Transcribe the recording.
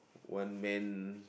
one man